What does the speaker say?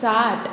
साठ